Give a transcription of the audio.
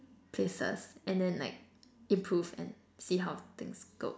places and then like improve and see how things go